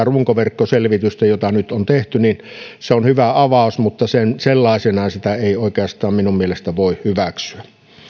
runkoverkkoselvitys jota nyt on tehty on hyvä avaus mutta sellaisenaan sitä ei oikeastaan minun mielestäni voi hyväksyä